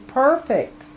perfect